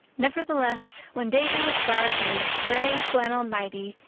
nevertheless, when davy was garbed in his gray flannel nighty,